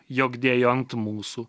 jog dėjo ant mūsų